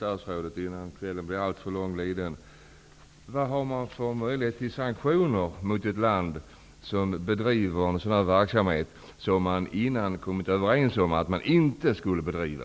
Vad finns det för möjligheten till sanktioner mot ett land som bedriver en verksamhet som man tidigare kommit överens om att man inte skulle bedriva?